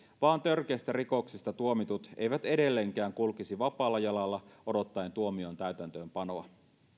vaan törkeistä rikoksista tuomitut eivät edelleenkään kulkisi vapaalla jalalla odottaen tuomion täytäntöönpanoa